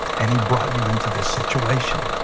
and he brought you into this situation,